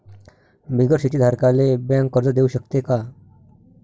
बिगर शेती धारकाले बँक कर्ज देऊ शकते का?